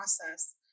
process